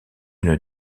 une